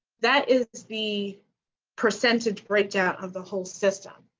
that is the percentage breakdown of the whole system.